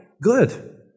good